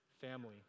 family